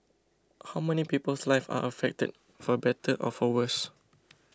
how many people's lives are affected for better or for worse